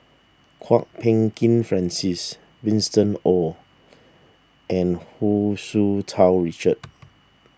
Kwok Peng Kin Francis Winston Oh and Hu Tsu Tau Richard